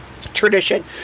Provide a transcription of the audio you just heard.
Tradition